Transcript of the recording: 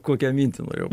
kokią mintį norėjau